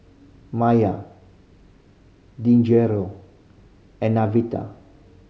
Mya Deangelo and